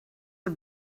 are